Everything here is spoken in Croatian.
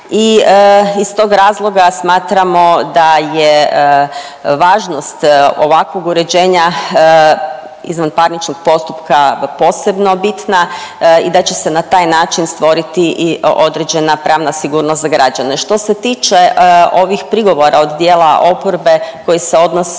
i iz tog razloga smatramo da je važnost ovakvog uređenja izvanparničnog postupka posebno bitna i da će se na taj način stvoriti i određena pravna sigurnost za građane. Što se tiče ovih prigovora od dijela oporbe koji se odnose